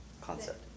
concept